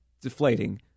deflating